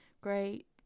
great